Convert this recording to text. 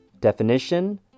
Definition